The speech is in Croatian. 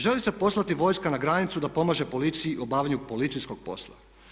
Želi se poslati vojska na granicu da pomaže policiji u obavljanju policijskog posla.